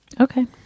Okay